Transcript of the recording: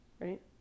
right